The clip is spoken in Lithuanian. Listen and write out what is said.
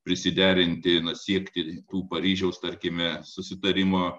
prisiderinti na siekti tų paryžiaus tarkime susitarimo